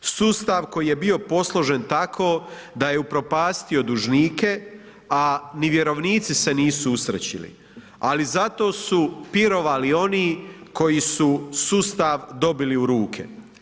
Sustav koji je bio posložen tako da je upropastio dužnike, a ni vjerovnici se nisu usrećili, ali zato su pirovali oni koji su sustav dobili u ruke.